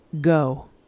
go